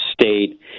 state